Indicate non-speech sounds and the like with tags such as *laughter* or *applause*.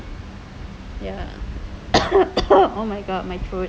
ya *coughs* oh my god my throat